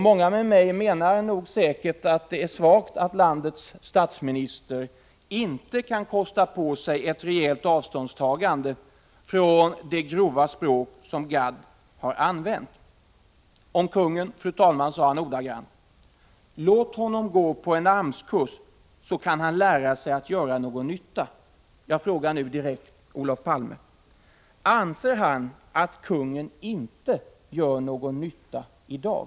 Många med mig menar säkert att det är svagt att landets statsminister inte kan kosta på sig ett rejält avståndstagande från det grova språk som Gadd har använt. Om kungen sade han ordagrant: ”Låt honom gå på en AMS-kurs, så kan han lära sig att göra någon nytta.” Jag frågar nu direkt Olof Palme: Anser Olof Palme att kungen inte gör någon nytta i dag?